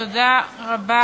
תודה רבה.